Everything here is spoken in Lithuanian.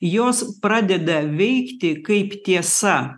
jos pradeda veikti kaip tiesa